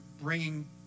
bringing